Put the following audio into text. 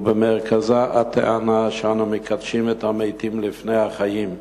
ובמרכזם הטענה שאנו מקדשים את המתים לפני החיים.